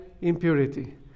impurity